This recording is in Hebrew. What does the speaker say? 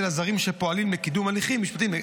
הזרים שפועלים לקידום הליכים משפטיים.